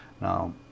Now